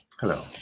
Hello